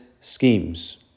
schemes